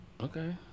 Okay